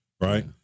right